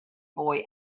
boy